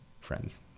friends